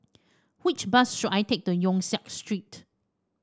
which bus should I take to Yong Siak Street